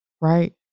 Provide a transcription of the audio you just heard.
right